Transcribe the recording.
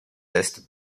test